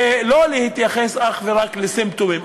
ולא להתייחס אך ורק לסימפטומים.